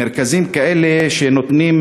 מרכזים כאלה נותנים,